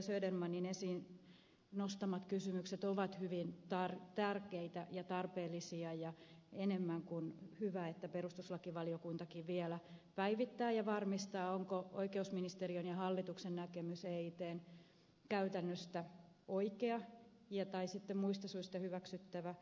södermanin esiin nostamat kysymykset ovat hyvin tärkeitä ja tarpeellisia ja on enemmän kuin hyvä että perustuslakivaliokuntakin vielä päivittää ja varmistaa onko oikeusministeriön ja hallituksen näkemys eitn käytännöstä oikea tai sitten muista syistä hyväksyttävä